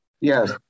Yes